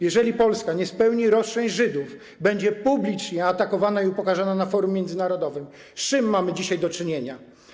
Jeżeli Polska nie spełni roszczeń Żydów, będzie publicznie atakowana i upokarzana na forum międzynarodowym, z czym mamy dzisiaj do czynienia.